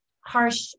harsh